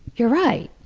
you're right.